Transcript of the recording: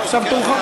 עכשיו תורך.